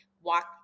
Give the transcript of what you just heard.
walk